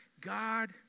God